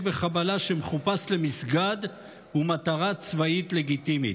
וחבלה שמחופש למסגד הוא מטרה צבאית לגיטימית.